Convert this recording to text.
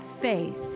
faith